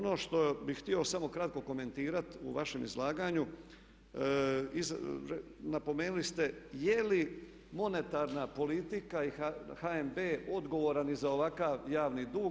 Ono što bih htio samo kratko komentirati u vašem izlaganju napomenuli ste je li monetarna politika i HNB odgovoran i za ovakav javni dug.